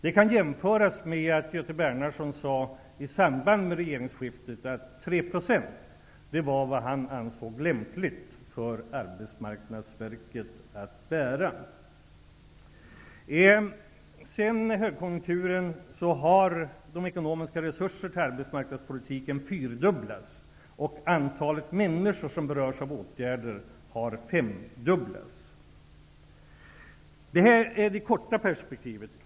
Det kan jämföras med vad Göte Arbetsmarknadsverket att bära. Sedan högkonjunkturen har de ekonomiska resurserna till arbetsmarknadspolitiken fyrdubblats, och antalet människor som berörs av åtgärder har femdubblats. Detta är det korta perspektivet.